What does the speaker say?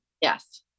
yes